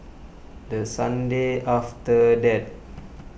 the sunday after that